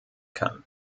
kann